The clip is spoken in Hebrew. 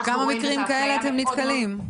בכמה מקרים כאלה אתם נתקלים?